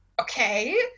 Okay